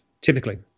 typically